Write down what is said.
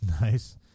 Nice